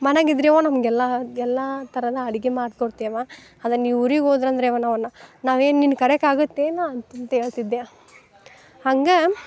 ಮನೆಗಿದ್ದರೆ ಯವ್ವ ನಮ್ಗೆಲ್ಲಾ ಎಲ್ಲಾ ತರದ ಅಡ್ಗಿ ಮಾಡ್ಕೊಡ್ತಿಯವ್ವಾ ಆದರೆ ನೀ ಊರಿಗೋದ್ರಂದ್ರೆ ಯವ್ವ ನಾವನ್ನ ನಾವೇನು ನಿನ್ಗೆ ಕರೆಕಾಗತ್ತೇನು ಅಂತ್ಹೇಳ್ತಿದ್ದೆ ಹಂಗೆ